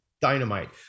dynamite